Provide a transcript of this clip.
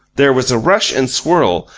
there was a rush and swirl,